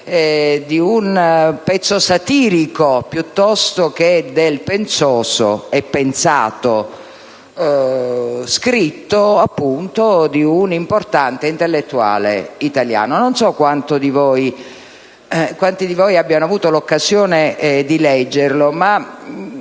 di un pezzo satirico piuttosto che del pensoso e pensato scritto, appunto, di un importante intellettuale italiano. Non so quanti di voi abbiano avuto l'occasione di leggerlo.